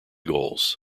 goals